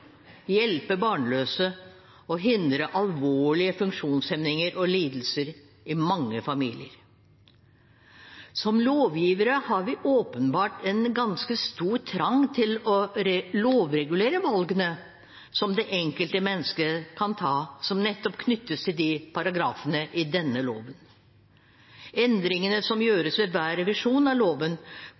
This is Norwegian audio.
hjelpe barnløse og hindre alvorlige funksjonshemninger og lidelser i mange familier. Som lovgivere har vi åpenbart en ganske stor trang til å lovregulere valgene som det enkelte mennesket kan ta som nettopp knyttes til paragrafene i denne loven. Endringene som gjøres ved hver revisjon av loven,